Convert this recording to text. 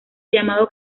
llamado